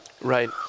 Right